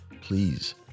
please